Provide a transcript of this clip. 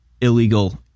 illegal